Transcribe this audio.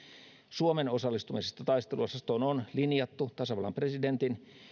suomen osallistumisesta taisteluosastoon on linjattu tasavallan presidentin